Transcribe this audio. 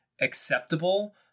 acceptable